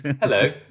Hello